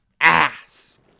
ass